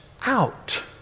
out